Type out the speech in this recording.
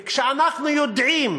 וכשאנחנו יודעים